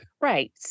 Right